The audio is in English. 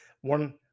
one